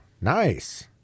Nice